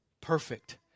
perfect